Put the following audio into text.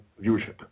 viewership